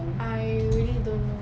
I really don't know